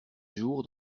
jour